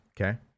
Okay